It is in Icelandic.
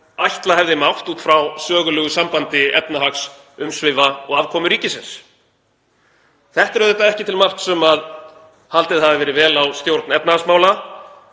ætla hefði mátt út frá sögulegu sambandi efnahagsumsvifa og afkomu ríkisins. Þetta er ekki til marks um að haldið hafi verið vel á stjórn efnahagsmála